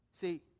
See